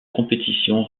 compétition